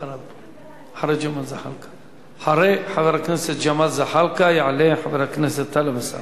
אחרי חבר הכנסת ג'מאל זחאלקה יעלה חבר הכנסת טלב אלסאנע.